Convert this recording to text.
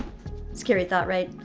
scary thought right?